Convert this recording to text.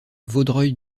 vaudreuil